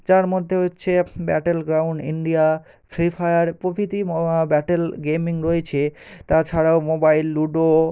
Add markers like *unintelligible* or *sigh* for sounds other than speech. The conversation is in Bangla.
যার মধ্যে হচ্ছে Battle Ground India Free Fire প্রভৃতি *unintelligible* ব্যাটেল গেমিং রয়েছে তাছাড়াও মোবাইল লুডো